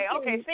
okay